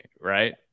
right